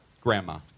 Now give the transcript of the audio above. grandma